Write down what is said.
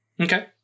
okay